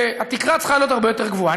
התקרה צריכה להיות הרבה יותר גבוהה.